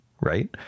right